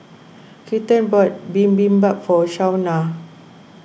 Keaton bought Bibimbap for Shaunna